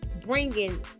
bringing